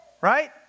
right